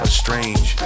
strange